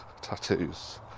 Tattoos